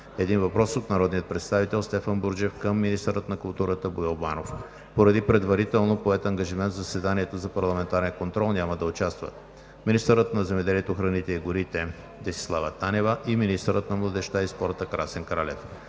един въпрос от народния представител Стефан Бурджев към министъра на културата Боил Банов. Поради предварително поет ангажимент в заседанието за парламентарен контрол няма да участват министърът на земеделието, храните и горите Десислава Танева и министърът на младежта и спорта Красен Кралев.